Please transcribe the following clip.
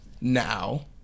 now